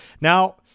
now